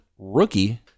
Rookie